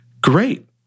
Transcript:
Great